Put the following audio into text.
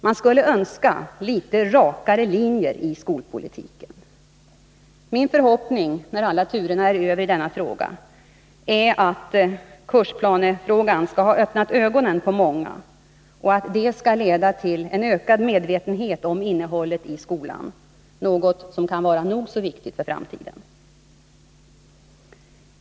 Man skulle önska litet rakare linjer i skolpolitiken. Min förhoppning är att, sedan alla turer är över i denna fråga, kursplanen skall ha öppnat ögonen på många och att det skall leda till en ökad medvetenhet om innehållet i skolan, något som kan vara nog så viktigt för framtiden.